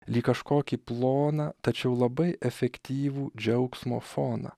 lyg kažkokį ploną tačiau labai efektyvų džiaugsmo foną